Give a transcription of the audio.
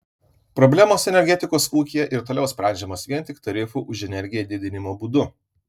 problemos energetikos ūkyje ir toliau sprendžiamos vien tik tarifų už energiją didinimo būdu